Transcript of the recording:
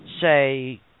say